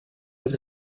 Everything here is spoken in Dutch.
het